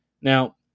now